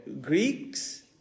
Greeks